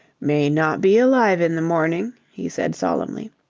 may not be alive in the morning, he said solemnly.